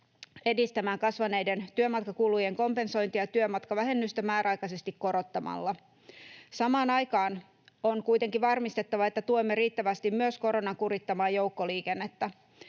edistämään kasvaneiden työmatkakulujen kompensointia työmatkavähennystä määräaikaisesti korottamalla. Samaan aikaan on kuitenkin varmistettava, että tuemme riittävästi myös koronan kurittamaa joukkoliikennettä.